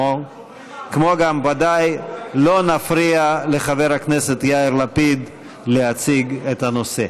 כמו גם ודאי לא נפריע לחבר הכנסת יאיר לפיד להציג את הנושא.